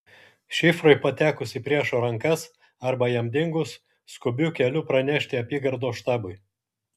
šifrui patekus į priešo rankas arba jam dingus skubiu keliu pranešti apygardos štabui